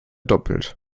doppelt